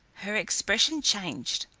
her expression changed.